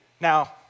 Now